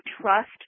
trust